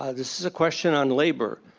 ah this is a question on labor.